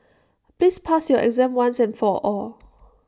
please pass your exam once and for all